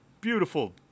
beautiful